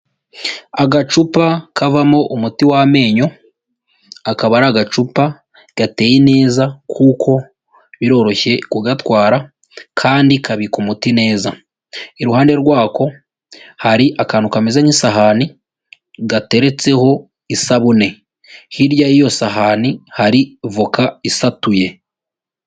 Agacupa kavamo umuti w'amenyo akaba ari agacupa gateye neza kuko biroroshye kugatwara kandi kabika umuti neza, iruhande rw'ako hari akantu kameze nk'isahani gateretseho isabune, hirya y'iyo sahani hari voka isatuye.